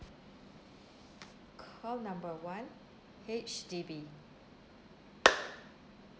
call number one H_D_B